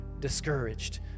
discouraged